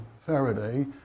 Faraday